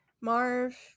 Marv